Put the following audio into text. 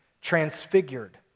transfigured